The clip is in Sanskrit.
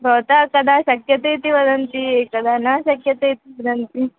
भवतः कदा शक्यते इति वदन्ति कदा न शक्यते इति वदन्ति